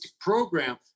program